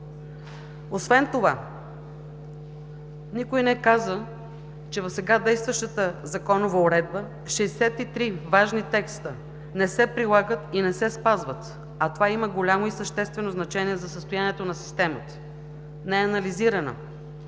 Освен това никой не каза, че в сега действащата законова уредба 63 важни текста не се прилагат и не се спазват, а това има голямо и съществено значение за състоянието на системата. Не е анализирана